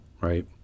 right